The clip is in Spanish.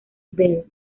bell